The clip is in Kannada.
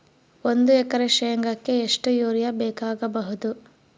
ಒಂದು ಎಕರೆ ಶೆಂಗಕ್ಕೆ ಎಷ್ಟು ಯೂರಿಯಾ ಬೇಕಾಗಬಹುದು?